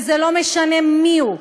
וזה לא משנה מיהו,